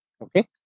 okay